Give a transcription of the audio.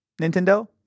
Nintendo